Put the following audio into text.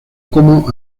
como